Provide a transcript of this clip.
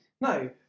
No